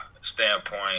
standpoint